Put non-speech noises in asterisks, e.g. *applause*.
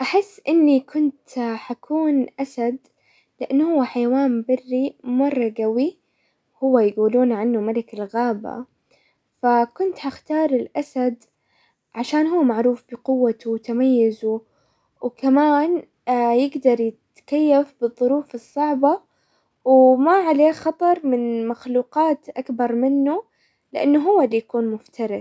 احس اني كنت حكون اسد لانه هو حيوان بري مرة قوي. هو يقولون عنه ملك الغابة، فكنت حختار الاسد عشان هو معروف بقوته وتميزه، وكمان *hesitation* يقدر يتكيف بالظروف الصعبة، وما عليه خطر من مخلوقات اكبر منه، لانه هو اللي يكون مفترس.